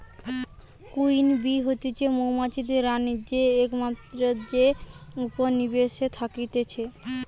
queen bee হতিছে মৌমাছিদের রানী যে একমাত্র যে উপনিবেশে থাকতিছে